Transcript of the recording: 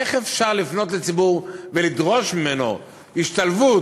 איך אפשר לפנות לציבור ולדרוש ממנו השתלבות,